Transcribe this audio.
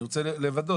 אני רוצה לוודא,